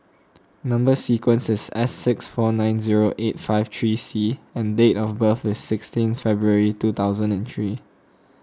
Number Sequence is S six four nine zero eight five three C and date of birth is sixteen February two thousand and three